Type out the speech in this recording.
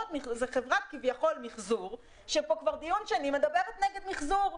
זאת כביכול חברת מיחזור שכבר בדיון השני מדברת נגד מיחזור.